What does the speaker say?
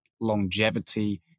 longevity